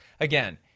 Again